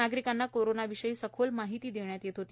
नागरिकांना कोरोना विषयी माहिती देण्यात येत होती